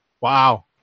Wow